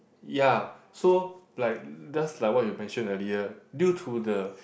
ya so like just like what you mentioned earlier due to the